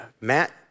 Matt